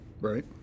Right